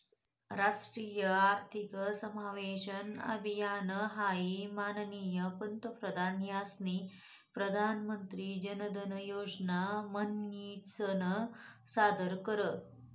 राष्ट्रीय आर्थिक समावेशन अभियान हाई माननीय पंतप्रधान यास्नी प्रधानमंत्री जनधन योजना म्हनीसन सादर कर